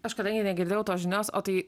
kažkada ir negirdėjau tos žinios o tai